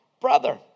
brother